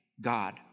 God